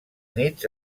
nits